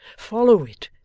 follow it.